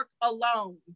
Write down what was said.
alone